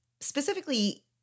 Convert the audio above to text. specifically